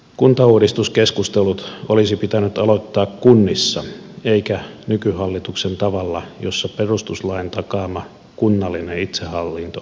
kuntauudistuskeskustelut olisi pitänyt aloittaa kunnissa eikä nykyhallituksen tavalla niin että perustuslain takaama kunnallinen itsehallinto ohitetaan kokonaan